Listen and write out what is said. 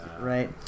right